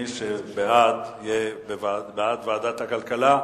מי שבעד הוא בעד דיון בוועדת הכלכלה.